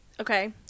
Okay